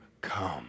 come